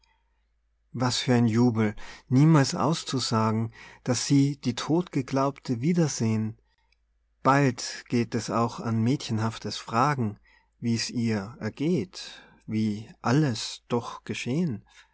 was für ein jubel niemals auszusagen daß sie die todtgeglaubte wiedersehn bald geht es auch an mädchenhaftes fragen wie's ihr ergeht wie alles doch geschehn